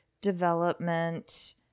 development